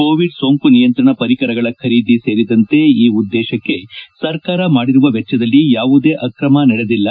Covid ಸೋಂಕು ನಿಯಂತ್ರಣ ಪರಿಕರಗಳ ಖರೀದಿ ಸೇರಿದಂತೆ ಈ ಉದ್ದೇಶಕ್ಷೆ ಸರ್ಕಾರ ಮಾಡಿರುವ ವೆಚ್ಲದಲ್ಲಿ ಯಾವುದೇ ಆಕ್ರಮ ನಡೆದಿಲ್ಲ